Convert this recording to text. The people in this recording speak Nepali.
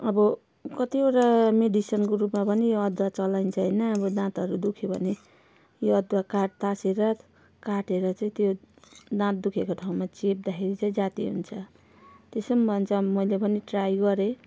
अब कतिवटा मेडिसनको रूपमा पनि यो अदुवा चलाइन्छ होइन अब दाँतहरू दुख्यो भने यो अदुवा काट् ताछेर काटेर चाहिँ त्यो दाँत दुखेको ठाउँमा चेप्दाखेरि चाहिँ जाती हुन्छ त्यसो पनि भन्छ मैले पनि ट्राई गरेँ